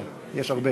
כן, יש הרבה.